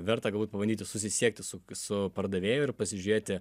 verta galbūt pabandyti susisiekti su su pardavėju ir pasižiūrėti